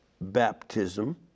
baptism